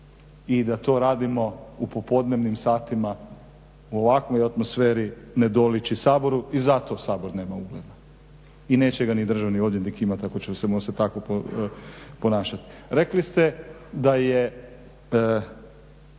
i da to radimo u popodnevnim satima u ovakvoj atmosferi ne doliči Saboru i zato Sabor nema ugleda. I neće ga ni državni odvjetnik imati ako ćemo se tako ponašati. Rekli ste da je